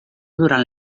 durant